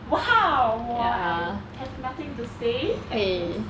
!wow! !wah! I have nothing to say I guess